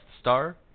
star